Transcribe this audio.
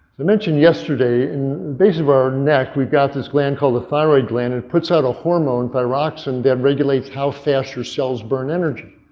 mentioned yesterday in base of our neck we've got this gland called the thyroid gland. it puts out a hormone thyroxine that regulates how fast your cells burn energy.